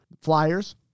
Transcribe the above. Flyers